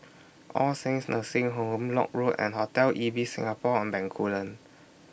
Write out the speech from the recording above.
All Saints Nursing Home Lock Road and Hotel Ibis Singapore on Bencoolen